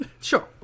Sure